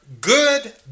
Good